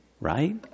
right